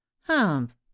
humph